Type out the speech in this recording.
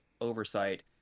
oversight